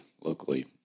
locally